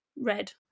red